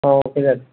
ആ ഓക്കേ ചേട്ടാ